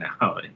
now